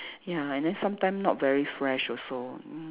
ya and then sometimes not very fresh also mm